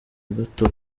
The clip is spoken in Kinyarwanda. gato